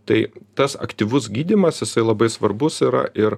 tai tas aktyvus gydymas jisai labai svarbus yra ir